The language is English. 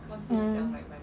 mm